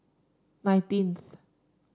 nineteenth